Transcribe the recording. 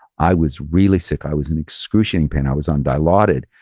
i was really sick. i was in excruciating pain. i was on dilaudid,